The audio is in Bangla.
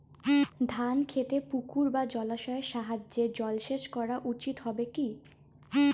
ধান খেতে পুকুর বা জলাশয়ের সাহায্যে জলসেচ করা উচিৎ হবে কি?